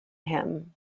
him